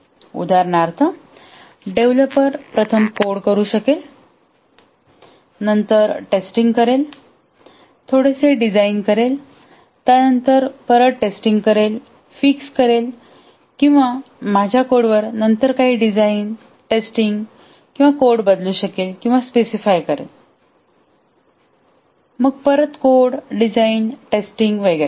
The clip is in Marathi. उदाहरणार्थ डेव्हलपर प्रथम कोड करू शकेल नंतर टेस्टिंग करेल थोडेसे डिझाइन करेल त्यानंतर टेस्टिंग करेल फिक्स करेल किंवा माझ्या कोडवर नंतर काही डिझाइन टेस्टिंग कोड बदलू शकेल किंवा स्पेसिफाय करेल मग परत कोड डिझाइन टेस्टिंग वगैरे